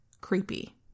Creepy